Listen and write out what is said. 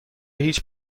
هیچ